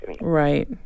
Right